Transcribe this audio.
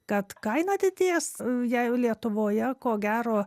kad kaina didės jei lietuvoje ko gero